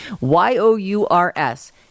Y-O-U-R-S